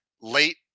late